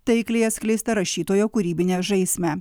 taikliai atskleista rašytojo kūrybinę žaismę